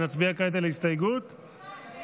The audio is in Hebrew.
נצביע כעת על הסתייגות 1ב',